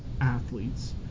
athletes